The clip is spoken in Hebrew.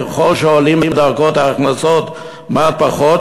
ככל שעולים בדרגות ההכנסות מעט פחות,